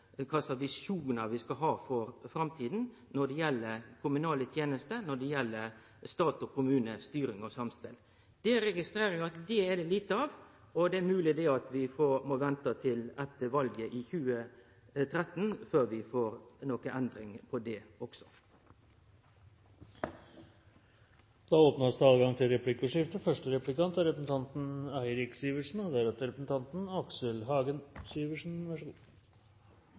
kva tradisjonar vi skal ha for framtida når det gjeld kommunale tenester, når det gjeld stat og kommune, styring og samspel. Det registrerer eg at det er lite av, og det er mogleg vi må vente til etter valet i 2013 før vi får noka endring på det også. Det blir replikkordskifte. Vi – alle i denne salen – deler tydeligvis oppfatningen av hvor viktig kommunene er for velferdsproduksjonen i dette landet. Men jeg synes representanten